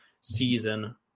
season